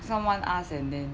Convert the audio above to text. someone ask and then